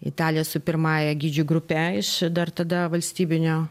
į italiją su pirmąja gidžių grupe iš dar tada valstybinio